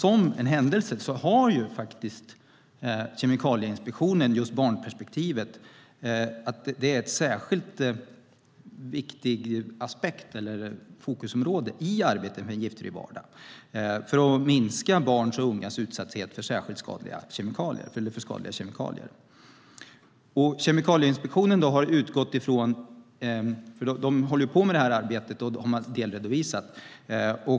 Som av en händelse har Kemikalieinspektionen just ett barnperspektiv. Det är en särskilt viktig aspekt i arbetet med en giftfri vardag för att minska barns och ungas utsatthet för skadliga kemikalier. Kemikalieinspektionen håller på med detta arbete och har delredovisat det.